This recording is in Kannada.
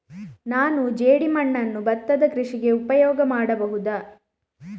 ನಾನು ಜೇಡಿಮಣ್ಣನ್ನು ಭತ್ತದ ಕೃಷಿಗೆ ಉಪಯೋಗ ಮಾಡಬಹುದಾ?